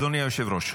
אדוני היושב-ראש.